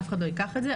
אף אחד לא ייקח את זה,